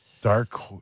Dark